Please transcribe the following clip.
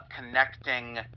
connecting